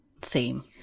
theme